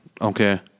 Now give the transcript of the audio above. Okay